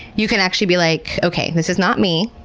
you can actually be like, okay, this is not me.